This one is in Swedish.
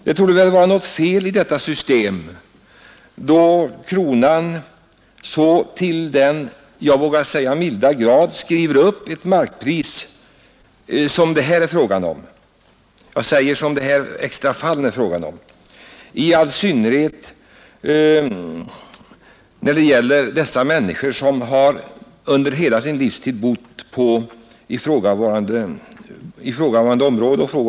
Det torde vara något fel i detta system när domänverket så till den, jag vågar säga, milda grad skriver upp ett markpris som skett i det här speciella fallet, i all synnerhet när det gäller människor som under hela sin livstid bott på ifrågavarande område.